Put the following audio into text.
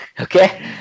Okay